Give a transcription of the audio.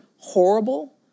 horrible